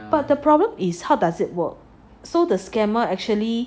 but the problem is how does it work so the scammer actually